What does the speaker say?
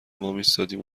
وایمیستادیم